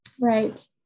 Right